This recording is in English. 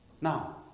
Now